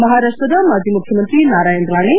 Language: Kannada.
ಮಹಾರಾಷ್ವದ ಮಾಜಿ ಮುಖ್ಯಮಂತ್ರಿ ನಾರಾಯಣ್ ರಾಣೆ